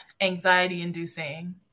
anxiety-inducing